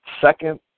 Second